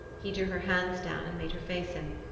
he drew her hands down and made her face him.